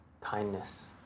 kindness